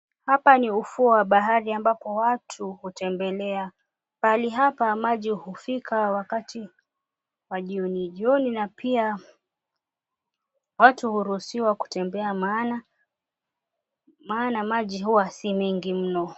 Hapa ni ufuo wa bahari ambapo watu hutembelea. Pahali hapa maji hufika wakati wa jioni jioni na pia watu husurusiwa kutembea maana maji huwa si mengi mno.